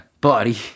Body